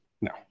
No